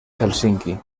helsinki